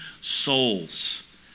souls